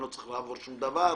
אני לא צריך לעבור שום דבר.